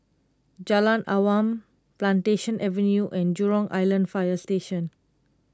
Jalan Awan Plantation Avenue and Jurong Island Fire Station